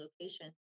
location